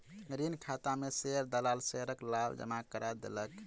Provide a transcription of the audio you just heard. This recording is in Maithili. ऋण खाता में शेयर दलाल शेयरक लाभ जमा करा देलक